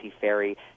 Ferry